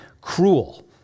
cruel